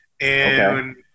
and-